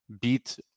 beat